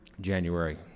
January